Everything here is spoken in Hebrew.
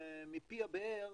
מפי הבאר